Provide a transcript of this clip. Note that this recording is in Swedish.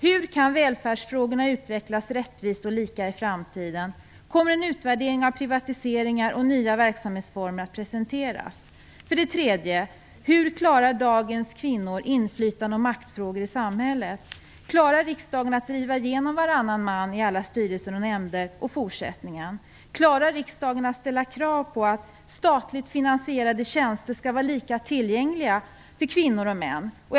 Hur kan välfärden utvecklas lika och rättvist i framtiden? Kommer en utvärdering av privatiseringar och nya verksamhetsformer att presenteras? För det tredje: Hur klarar dagens kvinnor inflytande och maktfrågorna i samhället? Klarar riksdagen att i fortsättningen driva igenom varannan man i alla styrelser och nämnder? Klarar riksdagen att ställa krav på att statligt finansierade tjänster skall vara lika tillgängliga för kvinnor som för män?